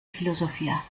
filosofia